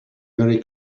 very